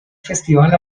festival